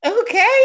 Okay